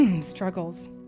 struggles